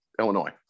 Illinois